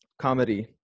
comedy